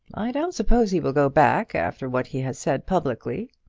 i don't suppose he will go back after what he has said publicly.